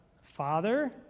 Father